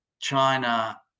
China